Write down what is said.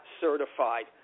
certified